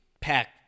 pack